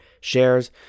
shares